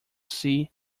see